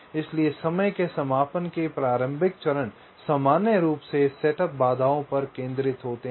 इसलिए समय के समापन के प्रारंभिक चरण सामान्य रूप से सेटअप बाधाओं पर केंद्रित होते हैं